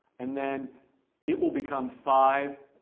and then it will become five,